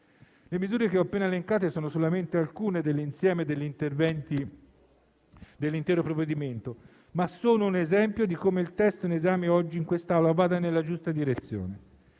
Le misure che ho appena elencato sono solamente alcune nell'insieme degli interventi dell'intero provvedimento, ma sono un esempio di come il testo in esame oggi in quest'Aula vada nella giusta direzione.